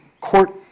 court